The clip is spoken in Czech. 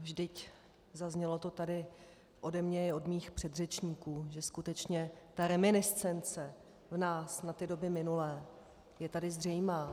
Vždyť zaznělo to tady ode mne i od mých předřečníků, že skutečně ta reminiscence v nás na ty doby minulé je zřejmá.